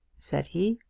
said he.